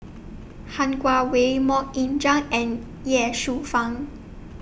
Han Guangwei Mok Ying Jang and Ye Shufang